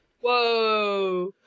whoa